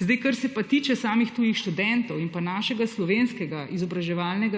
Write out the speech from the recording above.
države. Kar se pa tiče samih tujih študentov in našega, slovenskega